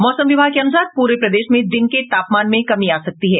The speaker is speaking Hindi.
मौसम विभाग के अनुसार प्रे प्रदेश में दिन के तापमान में कमी आ सकती है